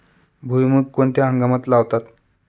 भुईमूग कोणत्या हंगामात लावतात?